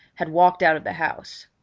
had walked out of the house.